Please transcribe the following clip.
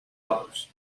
others